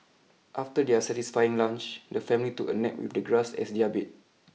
after their satisfying lunch the family took a nap with the grass as their bed